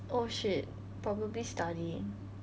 oh shit probably studying